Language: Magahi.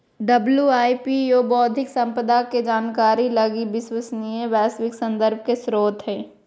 डब्ल्यू.आई.पी.ओ बौद्धिक संपदा के जानकारी लगी विश्वसनीय वैश्विक संदर्भ के स्रोत हइ